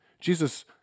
Jesus